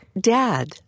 Dad